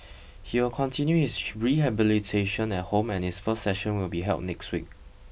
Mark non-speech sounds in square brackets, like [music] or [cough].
he'll continue his [unintelligible] rehabilitation at home and his first session will be held next week